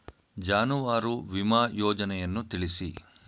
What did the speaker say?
ಜಾನುವಾರು ವಿಮಾ ಯೋಜನೆಯನ್ನು ತಿಳಿಸಿ?